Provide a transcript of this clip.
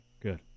good